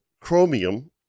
chromium